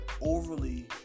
overly